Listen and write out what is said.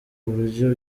buryo